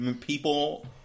people